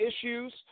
issues